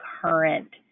current